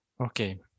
Okay